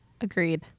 Agreed